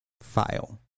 file